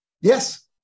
Yes